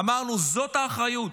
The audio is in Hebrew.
אמרנו: זאת האחריות.